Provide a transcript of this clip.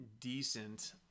decent